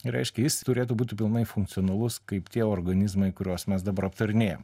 reiškia jis turėtų būti pilnai funkcionalus kaip tie organizmai kuriuos mes dabar aptarinėjam